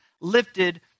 lifted